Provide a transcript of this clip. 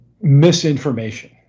misinformation